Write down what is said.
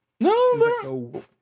No